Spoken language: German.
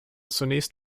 zunächst